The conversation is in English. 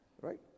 right